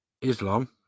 islam